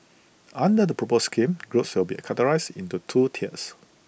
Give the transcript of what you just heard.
under the proposed scheme groups will be categorised into two tiers